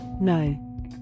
No